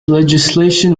legislation